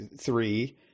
three